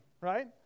right